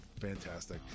fantastic